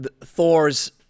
Thor's